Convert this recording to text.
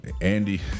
Andy